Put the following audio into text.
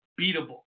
beatable